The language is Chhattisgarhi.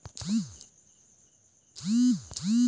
एक किलोग्राम गोभी के आज का कीमत हे?